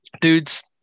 dude's